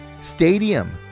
Stadium